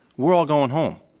we're all going home.